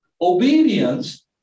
Obedience